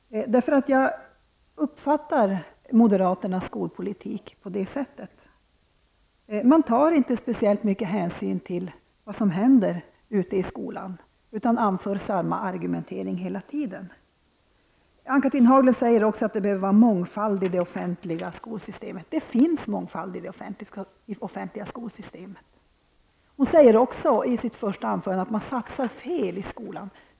Jag uppfattar nämligen moderaternas skolpolitik på det sättet. Man tar inte speciellt hänsyn till vad som händer ute i skolan, utan man anför samma argumentering hela tiden. Ann-Cathrine Haglund säger också att det behöver vara en mångfald i det offentliga skolsystemet. Det finns mångfald i det offentliga skolsystemet. Hon sade också i sitt första anförande att man satsar fel i skolan.